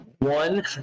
One